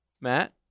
Matt